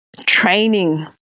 training